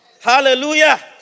Hallelujah